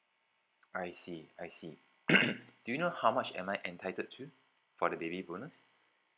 I see I see do you know how much am I entitled to for the baby bonus